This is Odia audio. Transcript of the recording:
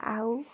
ଆଉ